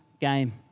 game